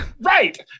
right